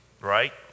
right